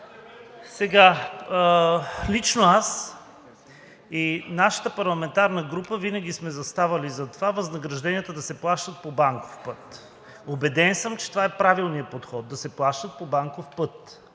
Лично аз и нашата парламентарна група винаги сме заставали зад това възнагражденията да се плащат по банков път. Убеден съм, че това е правилният подход – да се плащат по банков път!